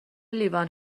لیوان